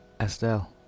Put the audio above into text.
Estelle